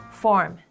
form